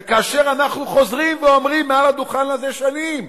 וכאשר אנחנו חוזרים ואומרים מעל הדוכן הזה שנים: